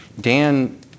Dan